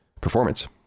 performance